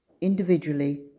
individually